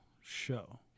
show